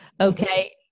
Okay